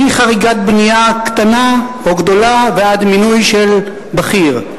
מחריגת בנייה קטנה או גדולה ועד מינוי של בכיר,